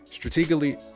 Strategically